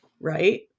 right